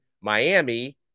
Miami